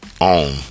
on